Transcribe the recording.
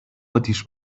اتیش